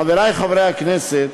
חברי חברי הכנסת,